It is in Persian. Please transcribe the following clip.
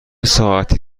ساعتی